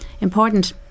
important